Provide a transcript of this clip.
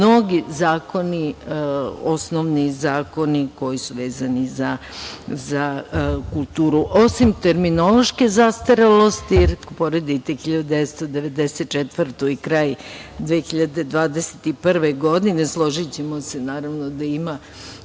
mnogi zakoni, osnovni zakoni, koji su vezani za kulturu. Osim terminološke zastarelosti, jer ako poredite 1994. godinu i kraj 2021. godine, složićemo se, naravno da ima